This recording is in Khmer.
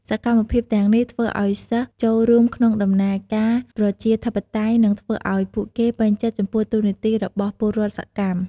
សកម្មភាពទាំងនេះធ្វើឱ្យសិស្សចូលរួមក្នុងដំណើរការប្រជាធិបតេយ្យ និងធ្វើឱ្យពួកគេពេញចិត្តចំពោះតួនាទីរបស់ពលរដ្ឋសកម្ម។